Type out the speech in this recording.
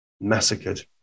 massacred